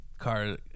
car